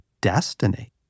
destiny